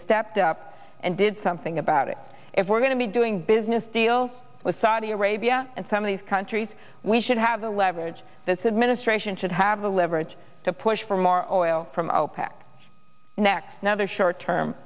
stepped up and did something about it if we're going to be doing business deals with saudi arabia and some of these countries we should have the leverage this administration should have the leverage to push for more oil from opec next another short term